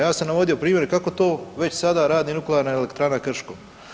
Ja sam navodio primjer kako to već sada radi nuklearna elektrana Krško.